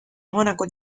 monaco